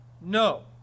No